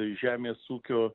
žemės ūkio